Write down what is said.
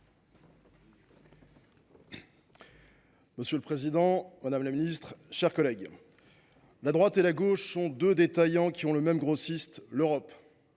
Monsieur le président, madame la secrétaire d’État, mes chers collègues, « La droite et la gauche sont deux détaillants qui ont le même grossiste, l’Europe.